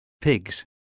Pigs